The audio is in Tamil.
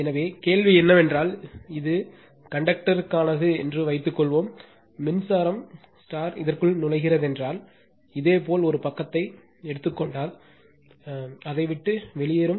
எனவே கேள்வி என்னவென்றால் இது கண்டக்டருக்கானது என்று வைத்துக்கொள்வோம் மின்சாரம் இதற்குள் நுழைகிறதென்றால் இதேபோல் ஒரு பக்கத்தை எடுத்துக் கொண்டால் அதை விட்டு வெளியேறும்